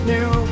New